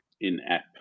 in-app